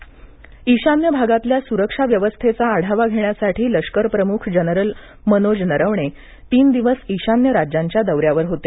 लष्कर प्रमुख ईशान्य भागातल्या सुरक्षा व्यवस्थेचा आढावा घेण्यासाठी लष्कर प्रमुख जनरल मनोज नरवणे तीन दिवस ईशान्य राज्यांच्या दौऱ्यावर होते